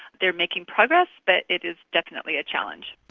they are making progress, but it is definitely a challenge.